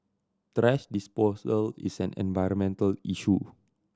thrash disposal is an environmental issue